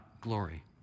glory